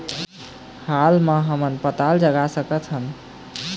हाल मा हमन पताल जगा सकतहन?